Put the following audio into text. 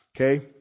Okay